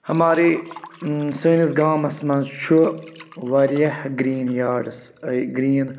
ہمارے سٲنِس گامَس منٛز چھِ واریاہ گرٛیٖن یارڈٕس ٲں گرٛیٖن